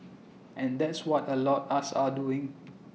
and that's what A lot us are doing